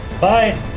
Bye